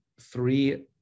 three